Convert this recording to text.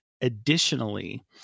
additionally